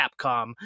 Capcom